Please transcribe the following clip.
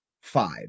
five